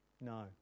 No